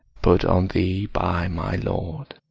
put on thee by my lord,